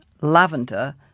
lavender